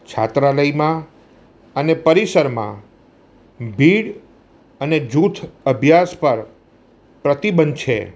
છાત્રાલયમાં અને પરિસરમાં ભીડ અને જૂથ અભ્યાસ પર પ્રતિબંધ છે